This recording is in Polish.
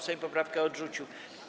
Sejm poprawkę odrzucił.